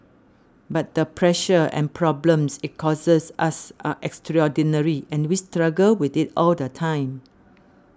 but the pressure and problems it causes us are extraordinary and we struggle with it all the time